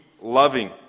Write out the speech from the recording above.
loving